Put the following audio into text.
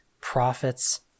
prophets